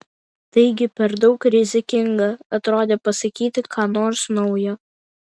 taigi per daug rizikinga atrodė pasakyti ką nors naujo